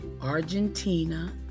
Argentina